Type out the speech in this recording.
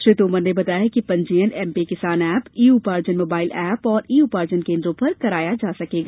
श्री तोमर ने बताया कि पंजीयन MP Kisan app e Uparjan mobile app और ई उपार्जन केन्द्रों पर कराया जा सकेगा